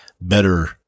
better